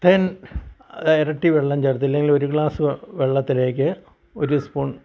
തേൻ അതെരട്ടി വെള്ളം ചേർത്തില്ലെങ്കിലൊരു ഗ്ലാസ്സ് വെ വെള്ളത്തിലേക്ക് ഒരു സ്പൂൺ